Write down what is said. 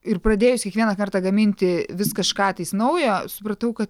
ir pradėjus kiekvieną kartą gaminti vis kažką tais naujo supratau kad